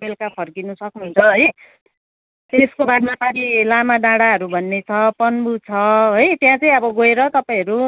बेलुका फर्किनु सक्नुहुन्छ है त्यसको बादमा पारि लामाडाँडाहरू भन्ने छ पन्बू छ है त्यहाँ चाहिँ अब गएर तपाईँहरू